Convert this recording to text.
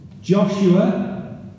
Joshua